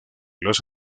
los